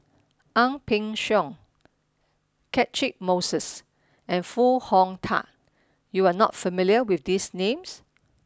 Ang Peng Siong Catchick Moses and Foo Hong Tatt you are not familiar with these names